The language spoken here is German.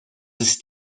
ist